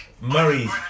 Murray